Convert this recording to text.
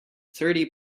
thirty